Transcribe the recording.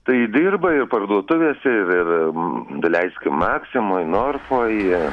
tai dirba ir parduotuvėse ir ir daleiskim maksimoj norfoj